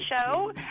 show